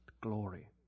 glory